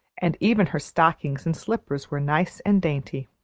and even her stockings and slippers were nice and dainty.